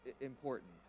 important